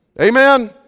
Amen